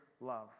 love